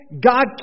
God